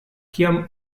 kiam